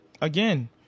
again